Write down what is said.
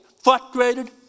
frustrated